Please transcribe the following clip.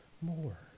more